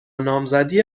نامزدی